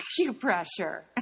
acupressure